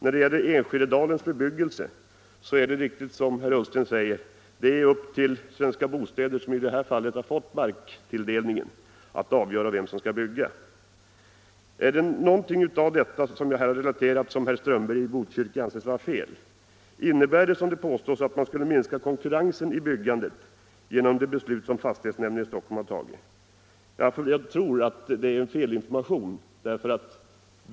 När det gäller Enskededalens kommunernas bebyggande är det riktigt, som herr Ullsten säger, att Svenska Bostäder, = marktilldelning vid som har fått marktilldelningen, får avgöra vem som skall bygga. stora bostadsbygg Är det någonting av det som jag här har relaterat som herr Strömberg nadsföretag i Botkyrka anser vara fel? Innebär, såsom det påstås, det beslut som fastighetsnämnden i Stockholm har fattat minskad konkurrens i byggandet?